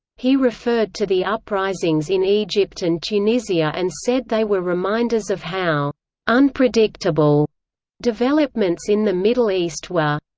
he referred to the uprisings in egypt and tunisia and said they were reminders of how unpredictable developments in the middle east were.